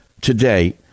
today